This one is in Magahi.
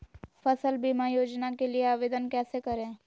फसल बीमा योजना के लिए आवेदन कैसे करें?